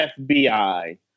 FBI